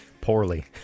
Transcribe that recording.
Poorly